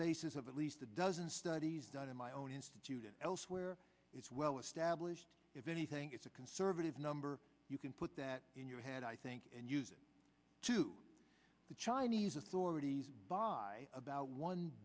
basis of at least a dozen studies done in my own institute and elsewhere it's well established if anything is a conservative number you can put that in your head i think and use it to the chinese authorities by about one